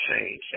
change